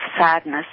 sadness